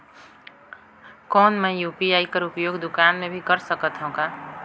कौन मै यू.पी.आई कर उपयोग दुकान मे भी कर सकथव का?